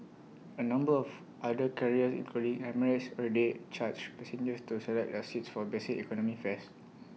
A number of other carriers including emirates already charge passengers to select their seats for basic economy fares